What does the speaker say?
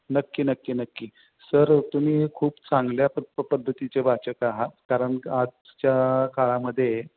नक्की नक्की नक्की सर तुम्ही खूप चांगल्या पद पद्धतीचे वाचक आहात कारण आजच्या काळामध्ये